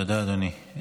תודה, אדוני.